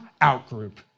out-group